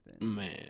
Man